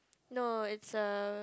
no is a